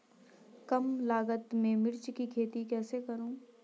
कम लागत में मिर्च की खेती कैसे करूँ?